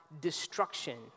destruction